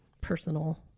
personal